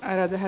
äiti he